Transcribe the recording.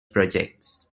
projects